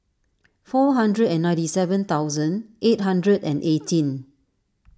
four hundred and ninety seven thousand eight hundred and eighteen